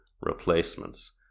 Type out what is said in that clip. replacements